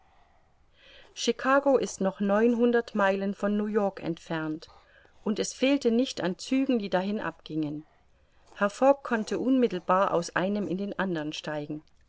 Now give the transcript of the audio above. chicago ist noch neunhundert meilen von new-york entfernt und es fehlte nicht an zügen die dahin abgingen herr fogg konnte unmittelbar aus einem in den andern steigen